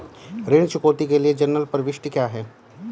ऋण चुकौती के लिए जनरल प्रविष्टि क्या है?